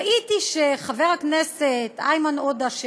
ראיתי שחבר הכנסת איימן עודה,